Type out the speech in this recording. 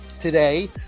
today